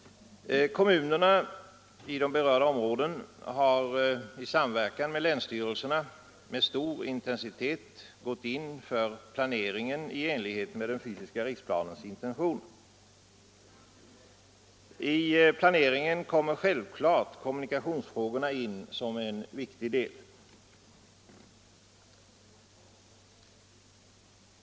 Kommunerna i dessa områden har i samverkan med länsstyrelserna med stor intensitet gått in för planeringen i enlighet med den fysiska riksplanens intentioner. I planeringen kommer kommunikationsfrågorna in som en viktig del.